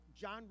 John